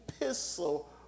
epistle